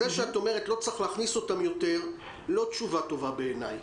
זה שאת אומרת שלא צריך להכניס אותם יותר - לא תשובה טובה בעיני.